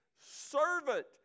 servant